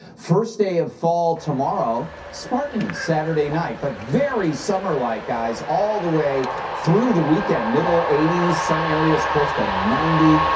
first day of fall tomorrow. spartans saturday night. but very summer-like, guys, all the way through the weekend. middle eighty s, some areas close to ninety.